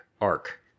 arc